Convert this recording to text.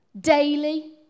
daily